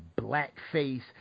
blackface